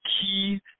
key